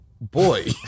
Boy